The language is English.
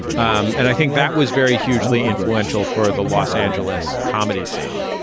um and i think that was very hugely influential for the los angeles comedy scene.